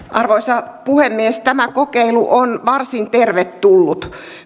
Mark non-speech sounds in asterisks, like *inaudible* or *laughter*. *unintelligible* arvoisa puhemies tämä kokeilu on varsin tervetullut